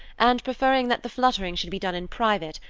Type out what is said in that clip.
and preferring that the fluttering should be done in private,